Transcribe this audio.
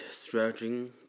stretching